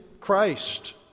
Christ